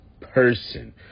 person